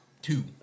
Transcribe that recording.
Two